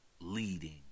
Leading